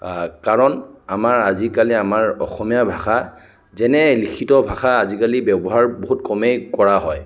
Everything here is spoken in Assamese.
কাৰণ আমাৰ আজিকালি আমাৰ অসমীয়া ভাষা যেনে লিখিত ভাষা আজিকালি ব্যৱহাৰ বহুত কমেই কৰা হয়